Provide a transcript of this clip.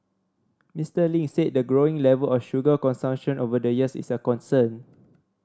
Mister Ling said the growing level of sugar consumption over the years is a concern